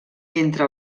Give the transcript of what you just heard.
entre